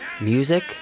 Music